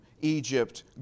Egypt